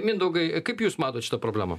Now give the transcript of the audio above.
mindaugai kaip jūs matot šitą problemą